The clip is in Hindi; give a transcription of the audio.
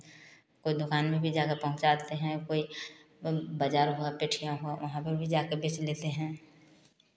कोई दुकान में भी जा कर पहुँचाते हैं कोई ब बाज़ार हुआ पेठिया हुआ वहाँ पर भी जा कर बेच लेते हैं